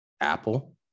Apple